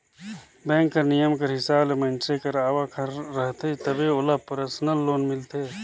bank कर नियम कर हिसाब ले मइनसे कर आवक हर रहथे तबे ओला परसनल लोन मिलथे